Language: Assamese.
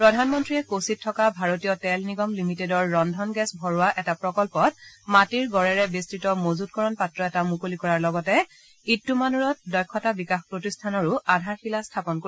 প্ৰধানমন্ত্ৰীয়ে কোচীত থকা ভাৰতীয় তেল নিগম লিমিটেডৰ ৰন্ধন গেছ ভৰোৱা এটা প্ৰকল্পত মাটিৰ গড়েৰে বেট্টিত মজুতকৰণ পাত্ৰ এটা মুকলি কৰাৰ লগতে ইটুমানুৰত দক্ষতা বিকাশ প্ৰতিষ্ঠানৰো আধাৰশিলা স্থাপন কৰিব